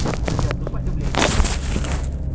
sorry ah tu part boleh leave out ah rasanya